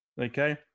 Okay